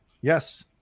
Yes